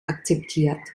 akzeptiert